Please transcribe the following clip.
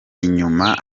inyuma